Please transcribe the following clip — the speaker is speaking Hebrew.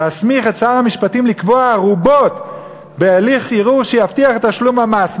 להסמיך את שר המשפטים לקבוע ערובות בהליך ערעור שיבטיח את תשלום המס.